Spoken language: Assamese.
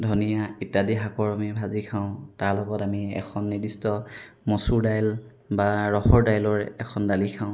ধনিয়া ইত্যাদি শাকৰ আমি ভাজি খাওঁ তাৰ লগত আমি এখন নিৰ্দিষ্ট মচুৰ দাইল বা ৰহৰ দাইলৰে এখন দালি খাওঁ